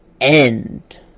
end